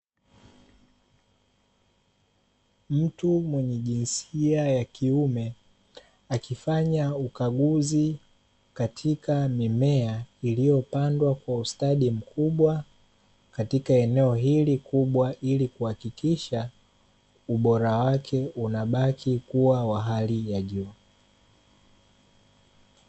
Mtu mwenye jinsia ya kiume akifanya ukaguzi katika mimea iliyopandwa kwa ustadi mkubwa katika eneo hili kubwa, ili kuhakikisha ubora wake unabaki kuwa wa hali ya juu.